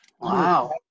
Wow